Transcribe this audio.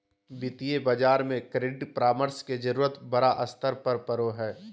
वित्तीय बाजार में क्रेडिट परामर्श के जरूरत बड़ा स्तर पर पड़ो हइ